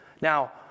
Now